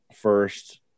first